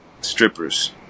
strippers